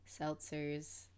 seltzers